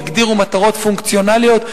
יגדירו מטרות פונקציונליות,